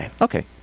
Okay